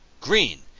green